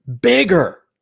bigger